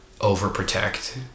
overprotect